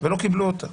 ולא קיבלו אותה.